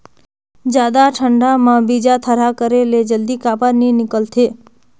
जादा ठंडा म बीजा थरहा करे से जल्दी काबर नी निकलथे?